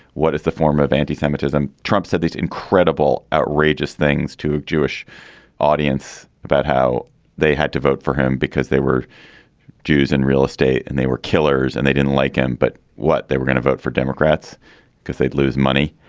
what is the form of anti-semitism? trump said this incredible, outrageous things to jewish audience about how they had to vote for him because they were jews and real estate and they were killers and they didn't like him. but what they were going to vote for democrats because they'd lose money?